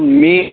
मी